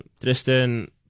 Tristan